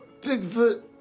Bigfoot